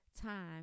time